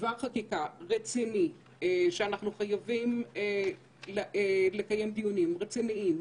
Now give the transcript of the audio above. בדבר חקיקה רציני שאנחנו חייבים לקיים דיונים רציניים,